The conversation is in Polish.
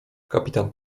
kapitan